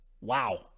Wow